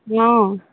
ஆ